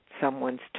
someone's